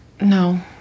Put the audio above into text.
No